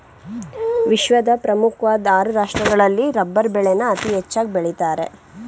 ವಿಶ್ವದ ಪ್ರಮುಖ್ವಾಧ್ ಆರು ರಾಷ್ಟ್ರಗಳಲ್ಲಿ ರಬ್ಬರ್ ಬೆಳೆನ ಅತೀ ಹೆಚ್ಚಾಗ್ ಬೆಳಿತಾರೆ